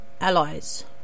Allies